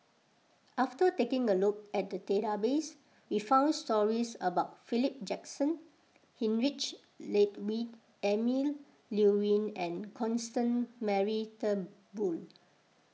after taking a look at the database we found stories about Philip Jackson Heinrich Ludwig Emil Luering and Constance Mary Turnbull